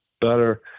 better